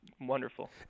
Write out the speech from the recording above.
wonderful